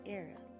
era